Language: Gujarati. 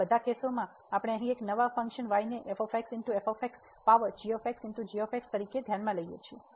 આ બધા કેસોમાં આપણે અહીં એક નવા ફંક્શન y ને પાવર તરીકે ધ્યાનમાં લઈએ છીએ